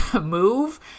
move